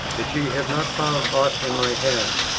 that ye have not found ought in my hand.